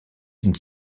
une